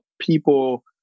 people